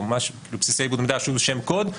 או ממש בסיסי עיבוד מידע שהוא שם קוד,